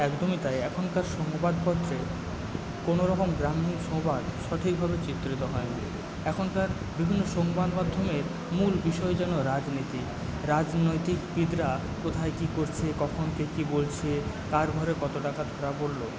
একদমই তাই এখনকার সংবাদপত্রে কোনো রকম গ্রামীণ সংবাদ সঠিকভাবে চিত্রিত হয় না এখনকার বিভিন্ন সংবাদমাধ্যমের মূল বিষয় যেন রাজনীতি রাজনৈতিকবিদরা কোথায় কি করছে কখন কে কি বলছে কার ঘরে কত টাকা ধরা পরলো